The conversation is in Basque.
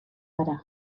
gara